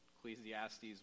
Ecclesiastes